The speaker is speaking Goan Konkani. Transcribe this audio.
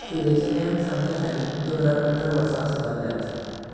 फिडेचे नेम सामकें हालीं दोन हजार अठरा वर्सा सुदारल्यात